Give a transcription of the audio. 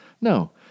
No